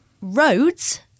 roads